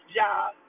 job